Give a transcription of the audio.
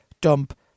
Dump